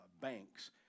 banks